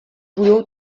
budou